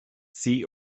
see